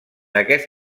aquest